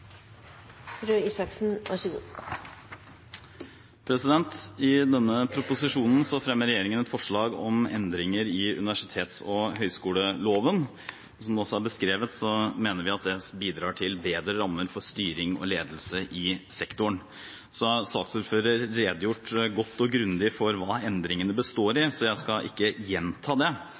I denne proposisjonen fremmer regjeringen et forslag om endringer i universitets- og høyskoleloven, og som det også er beskrevet, mener vi at det bidrar til bedre rammer for styring og ledelse i sektoren. Saksordføreren har redegjort godt og grundig for hva endringene består i, så jeg skal ikke gjenta det,